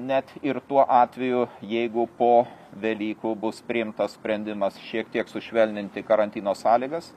net ir tuo atveju jeigu po velykų bus priimtas sprendimas šiek tiek sušvelninti karantino sąlygas